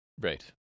Right